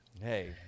Hey